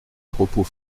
propos